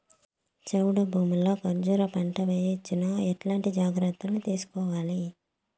చౌడు భూముల్లో కర్బూజ పంట వేయవచ్చు నా? ఎట్లాంటి జాగ్రత్తలు తీసుకోవాలి?